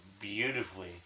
beautifully